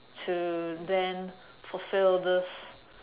to then fulfil this